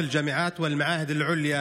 (אומר דברים בשפה הערבית,